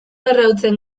arrautzen